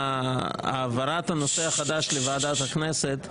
העברת הנושא החדש לוועדת הכנסת,